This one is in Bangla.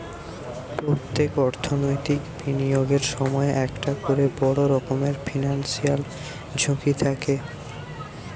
পোত্তেক অর্থনৈতিক বিনিয়োগের সময়ই একটা কোরে বড় রকমের ফিনান্সিয়াল ঝুঁকি থাকে